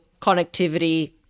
connectivity